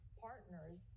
partners